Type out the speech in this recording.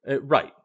Right